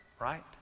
right